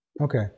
Okay